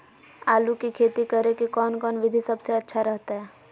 आलू की खेती करें के कौन कौन विधि सबसे अच्छा रहतय?